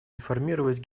информировать